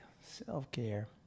self-care